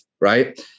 right